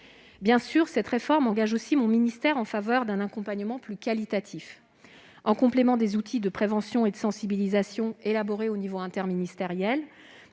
du sport. Cette réforme engage aussi mon ministère en faveur d'un accompagnement plus qualitatif. En complément des outils de prévention et de sensibilisation qui sont élaborés au niveau interministériel